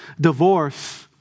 divorce